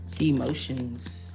Emotions